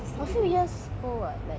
but that was how many years ago